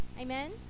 Amen